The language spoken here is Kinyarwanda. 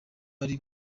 ari